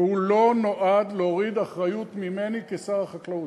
והוא לא נועד להוריד אחריות ממני כשר החקלאות,